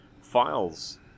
files